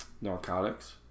Narcotics